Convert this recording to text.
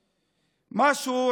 במשק.